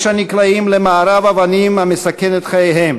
יש הנקלעים למארב אבנים המסכן את חייהם